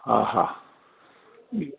हा हा